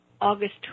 August